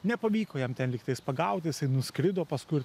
nepavyko jam ten lygtais pagauti jisai nuskrido paskui